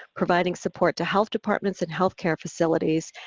providing support to health departments and health care facilities,